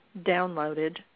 downloaded